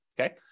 Okay